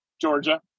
Georgia